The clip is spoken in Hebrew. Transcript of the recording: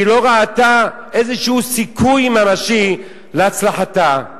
היא לא ראתה איזה סיכוי ממשי להצלחתה,